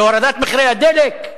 בהורדת מחירי הדלק?